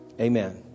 amen